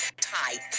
Tight